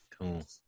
Cool